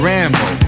Rambo